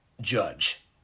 judge